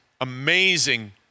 amazing